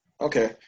Okay